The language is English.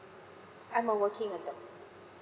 I'm a working adult